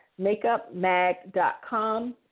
MakeupMag.com